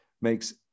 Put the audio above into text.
makes